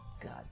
God